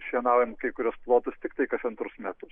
šienaujam kai kuriuos plotus tiktai kas antrus metus